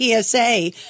PSA